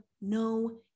no